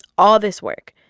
all this work,